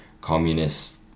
communist